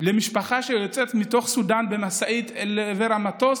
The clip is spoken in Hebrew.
למשפחה שיוצאת מתוך סודאן במשאית אל עבר המטוס